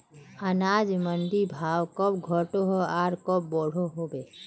अनाज मंडीर भाव कब घटोहो आर कब बढ़ो होबे?